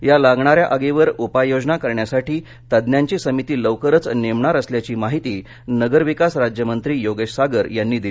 या लागणाऱ्या आगीवर उपाययोजना करण्यासाठी तज्ज्ञांची समिती लवकरच नेमणार असल्याची माहिती नगरविकास राज्यमंत्री योगेश सागर यांनी दिली